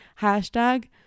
hashtag